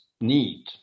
need